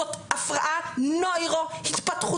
זאת הפרעה נוירו-התפתחותית,